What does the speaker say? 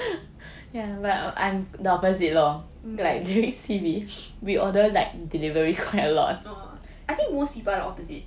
oh I think most people are the opposite